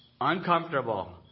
uncomfortable